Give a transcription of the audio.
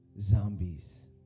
zombies